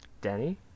Danny